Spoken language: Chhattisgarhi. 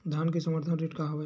धान के समर्थन रेट का हवाय?